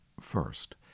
First